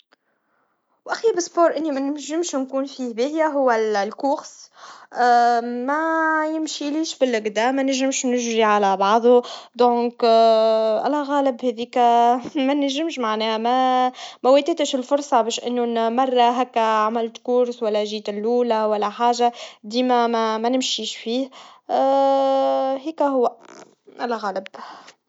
لعبة التنس مش من نقاط قوتي. نحاول نلعبها لكن غالبًا ما أضيع الكرة. لكن نحب نمارس الرياضة بغض النظر عن الأداء. المهم هو الاستمتاع باللعبة ونتعلم منها. الرياضة تكون ممتعة، حتى لو ما كنتش محترف، وهذا يساعد على تحسين الصحة النفسية والجسدية.